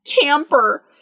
camper